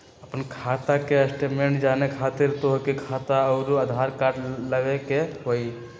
आपन खाता के स्टेटमेंट जाने खातिर तोहके खाता अऊर आधार कार्ड लबे के होइ?